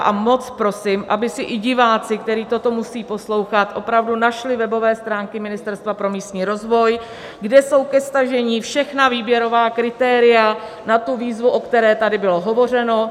A moc prosím, aby si i diváci, kteří toto musí poslouchat, opravdu našli webové stránky Ministerstva pro místní rozvoj, kde jsou ke stažení všechna výběrová kritéria na tu výzvu, o které tady bylo hovořeno.